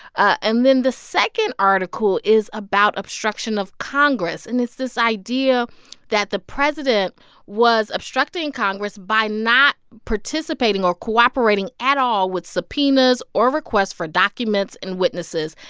and then the second article is about obstruction of congress. and it's this idea that the president was obstructing congress by not participating or cooperating at all with subpoenas or requests for documents and witnesses.